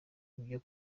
byo